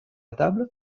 table